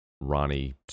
Ronnie